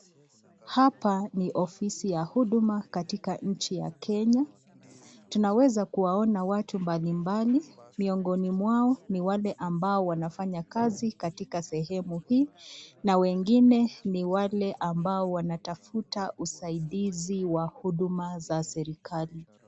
Hapa ni ofisi ya huduma katika nchi ya Kenya, tunaweza kuwaona watu mbalimbali miongoni mwao ni wale wanafanya kazi katika sehemu hii na wengine ni wale ambao wanatafuta usaidizi wa huduma za serikali.